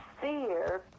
fear